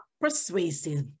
persuasive